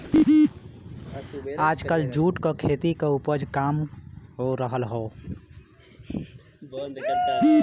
आजकल जूट क खेती क उपज काम हो रहल हौ